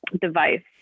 device